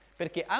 perché